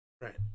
right